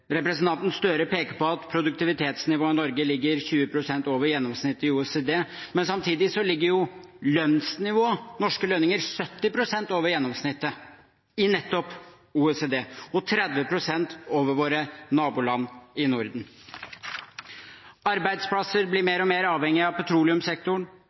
Representanten Gahr Støre peker på at produktivitetsnivået i Norge ligger 20 pst. over gjennomsnittet i OECD, men samtidig ligger lønnsnivået – norske lønninger – 70 pst. over gjennomsnittet i nettopp OECD og 30 pst. over våre naboland i Norden. Arbeidsplasser blir